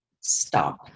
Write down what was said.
stop